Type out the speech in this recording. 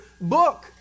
book